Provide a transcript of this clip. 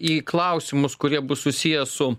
į klausimus kurie bus susiję su